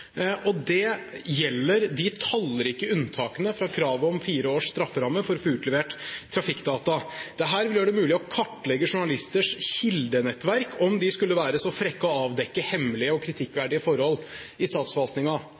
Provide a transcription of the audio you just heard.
Arbeiderpartiet. Det gjelder de tallrike unntakene fra kravet om fire års strafferamme for å få utlevert trafikkdata. Dette vil gjøre det mulig å kartlegge journalisters kildenettverk om de skulle være så frekke å avdekke hemmelige og kritikkverdige forhold i